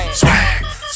swag